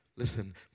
Listen